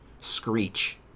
screech